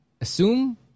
assume